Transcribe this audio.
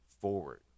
forward